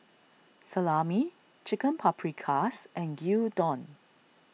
Salami Chicken Paprikas and Gyudon